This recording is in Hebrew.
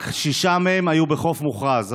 רק שישה מהם היו בחוף מוכרז,